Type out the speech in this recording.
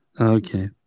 okay